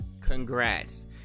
Congrats